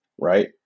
right